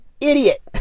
idiot